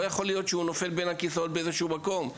לא יכול להיות שזה נופל בין הכיסאות באיזה שהוא מקום,